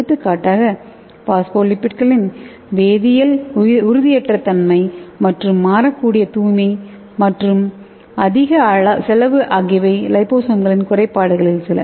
எடுத்துக்காட்டாக பாஸ்போலிபிட்களின் வேதியியல் உறுதியற்ற தன்மை மற்றும் மாறக்கூடிய தூய்மை மற்றும் அதிக செலவு ஆகியவை லிபோசோம்களின் குறைபாடுகளில் சில